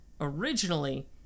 originally